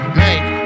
make